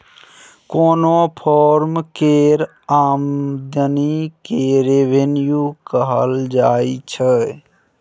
कोनो फर्म केर आमदनी केँ रेवेन्यू कहल जाइ छै